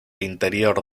interior